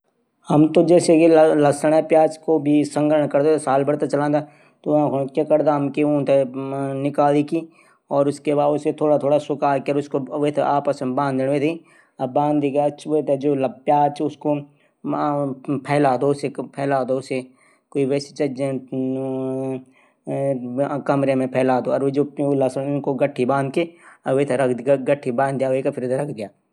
खाणू हमर शरीर थै ताकत पैदा करदू जैसे हम दिनभर अपडू काम आराम से कैरी सकदा। और हमर शरीर मा जो जरूरी प्रोटीन कार्बोहाइड्रेट वसा विटामिन और मिनरल पूर्ती करदू।